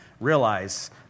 realize